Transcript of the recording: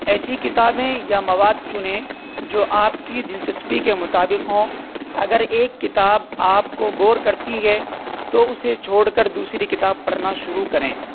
ایسی کتابیں یا مواد چنیں جو آپ کی دلچسپی کے مطابق ہوں اگر ایک کتاب آپ کو بور کرتی ہے تو اسے چھوڑ کر دوسری کتاب پڑھنا شروع کریں